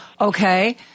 Okay